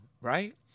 Right